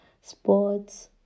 sports